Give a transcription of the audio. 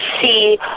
see